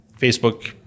Facebook